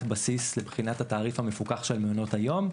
בסיס לבחינת התעריף המפוקח של מעונות היום.